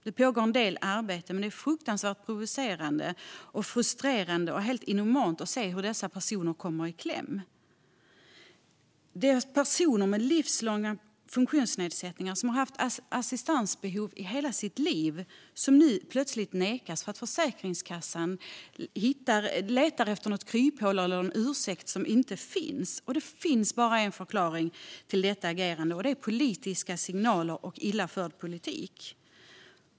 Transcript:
Det pågår en del arbete, men det är fruktansvärt provocerande, frustrerande och helt inhumant att se hur dessa personer kommer i kläm. Det är personer med livslånga funktionsnedsättningar som haft assistansbehov i hela sitt liv som nu plötsligt nekas därför att Försäkringskassan letar efter kryphål och ursäkter som inte finns. Det finns bara en förklaring till detta agerande, och det är politiska signaler och illa förd politik.